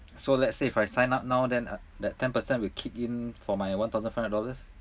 so let's say if I sign up now then uh that ten percent will kick in for my one thousand five hundred dollars